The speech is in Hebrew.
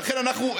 ולכן אנחנו,